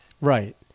Right